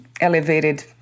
elevated